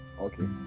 okay